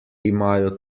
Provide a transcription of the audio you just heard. imajo